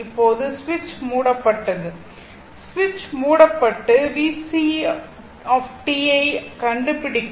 இப்போது சுவிட்ச் மூடப்பட்டது ஸ்விட்ச் மூடப்பட்டு VCt யைக் கண்டுபிடிக்க